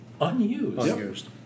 Unused